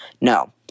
No